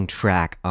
track